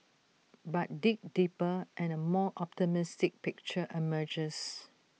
but dig deeper and A more optimistic picture emerges